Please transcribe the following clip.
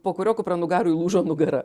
po kurio kupranugariui lūžo nugara